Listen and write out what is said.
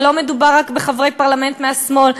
ולא מדובר רק בחברי פרלמנט מהשמאל.